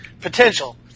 potential